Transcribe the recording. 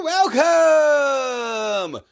Welcome